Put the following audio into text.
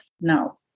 now